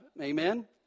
Amen